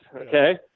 Okay